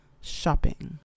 shopping